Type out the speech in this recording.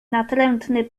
natrętny